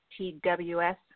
TWS